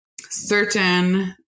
Certain